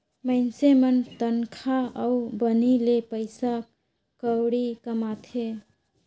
मइनसे मन तनखा अउ बनी ले पइसा कउड़ी कमाथें